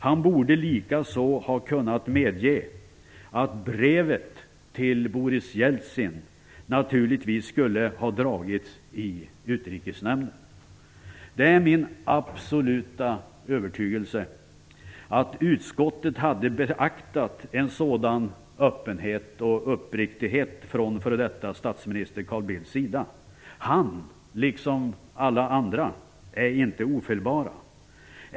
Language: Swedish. Han borde likaså ha kunnat medge att brevet till Boris Jeltsin naturligtvis skulle ha dragits i Utrikesnämnden. Det är min absoluta övertygelse att utskottet hade beaktat en sådan öppenhet och uppriktighet från f.d. statsminister Carl Bildts sida. Han, liksom alla andra, är inte ofelbar.